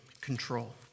control